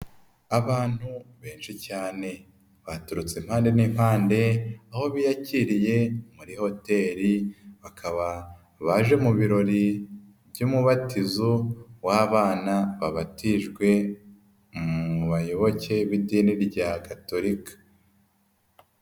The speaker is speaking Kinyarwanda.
Abantu benshi cyane baturutse impande n'impande aho biyakiriye muri hoteli, bakaba baje mu birori by'umubatizo w'abana babatijwe mu bayoboke b'idini rya gatolika.